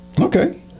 Okay